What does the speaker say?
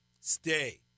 Stay